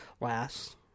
Last